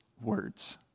words